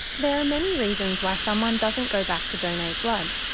there are many reasons why someone doesn't go back to donate blood,